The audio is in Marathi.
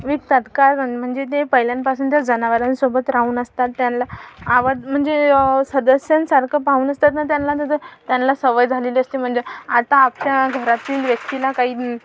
विकतात कारण म्हणजे ते पहिल्यापासून त्या जनावरांसोबत राहून असतात त्यानला आवाज म्हणजे सदस्यांसारखं पाहून असतात नं त्यानला त त्यानला सवय झालेली असते म्हणजे आता आपच्या घरातील व्यक्तीला काही